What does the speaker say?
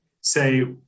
say